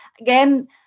again